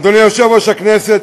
אדוני יושב-ראש הכנסת,